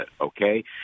okay